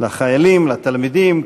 לחיילים ולתלמידים,